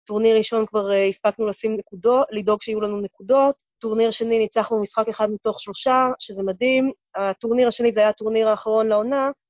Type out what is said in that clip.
טורניר ראשון כבר הספקנו לשים נקודות... לדאוג שיהיו לנו נקודות. טורניר השני ניצחנו משחק אחד מתוך שלושה, שזה מדהים. הטורניר השני זה היה הטורניר האחרון לעונה.